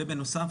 ובנוסף,